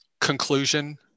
conclusion